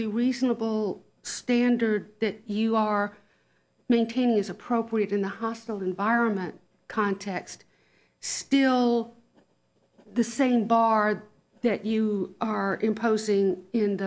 y reasonable standard that you are maintaining is appropriate in the hostile environment context still the same bar there you are imposing in